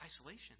isolation